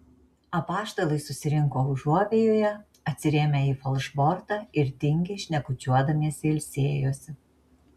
apaštalai susirinko užuovėjoje atsirėmę į falšbortą ir tingiai šnekučiuodamiesi ilsėjosi